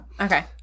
Okay